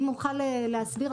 אם אוכל להסביר.